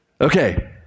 Okay